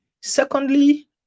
secondly